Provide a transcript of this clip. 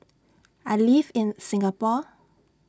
I live in Singapore